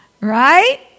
Right